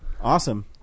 Awesome